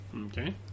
Okay